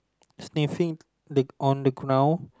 sniffing the on the ground